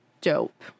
dope